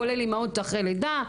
כולל אמהות אחרי לידה.